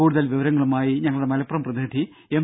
കൂടുതൽ വിവരങ്ങളുമായി ഞങ്ങളുടെ മലപ്പുറം പ്രതിനിധി എം